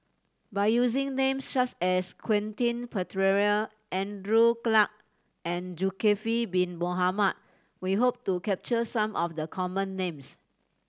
by using names such as Quentin Pereira Andrew Clarke and Zulkifli Bin Mohamed we hope to capture some of the common names